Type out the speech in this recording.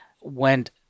went